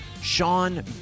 Sean